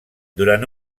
durant